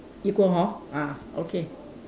equal hor ah okay